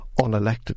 unelected